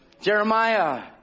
Jeremiah